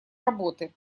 работы